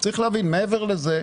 מעבר לזה,